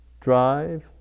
drive